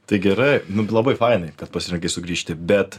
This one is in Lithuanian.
tai gerai nu labai fainai kad pasirinkai sugrįžti bet